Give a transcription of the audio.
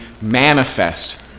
manifest